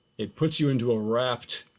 it puts you into a raft,